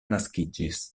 naskiĝis